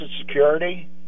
Security